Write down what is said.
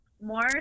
more